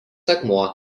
akmuo